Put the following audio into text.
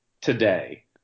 today